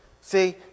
See